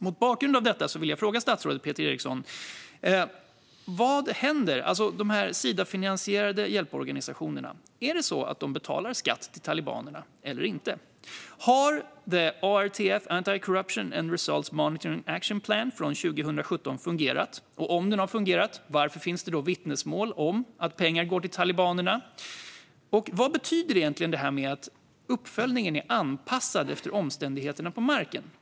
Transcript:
Mot bakgrund av detta vill jag fråga statsrådet Peter Eriksson: Vad händer egentligen - är det så att Sidafinansierade hjälporganisationer betalar skatt till talibanerna eller inte? Har ARTF:s Anti-Corruption and Results Monitoring Action Plan från 2017 fungerat? Om den har fungerat, varför finns det då vittnesmål om att pengar går till talibanerna? Och vad betyder det egentligen att uppföljningen är anpassad till omständigheterna på marken?